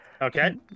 Okay